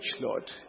Lord